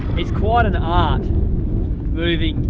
it's quite an art moving,